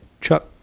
chuck